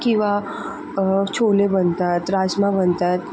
किंवा छोले बनतात राजमा बनतात